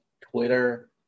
Twitter